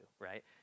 right